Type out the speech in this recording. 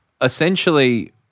essentially